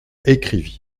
écrivit